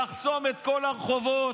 לחסום את כל הרחובות,